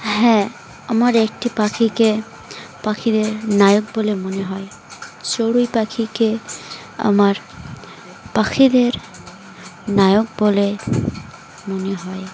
হ্যাঁ আমার একটি পাখিকে পাখিদের নায়ক বলে মনে হয় চড়ুই পাখিকে আমার পাখিদের নায়ক বলে মনে হয়